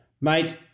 mate